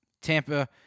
Tampa